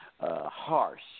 harsh